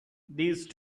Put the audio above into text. these